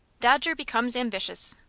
dodger becomes ambitious.